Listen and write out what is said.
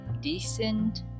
decent